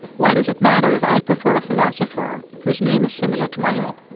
why does it matter if i prefer a philosopher whose name is similar to my own?